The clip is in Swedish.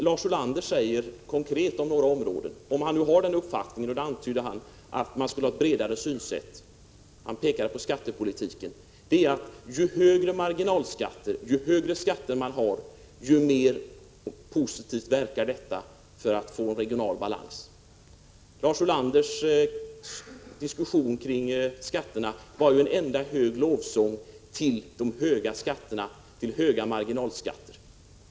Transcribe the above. Lars Ulander antyder vidare att man skulle ha ett bredare synsätt, och han pekar på skattepolitiken; ju högre skatterna är, desto lättare är det att uppnå regional balans. Lars Ulanders diskussion om skatterna var en enda lovsång till de höga skatterna, de höga marginalskatterna.